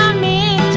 may